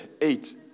Eight